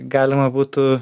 galima būtų